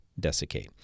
desiccate